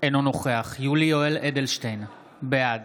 אינו נוכח יולי יואל אדלשטיין, בעד